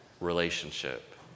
relationship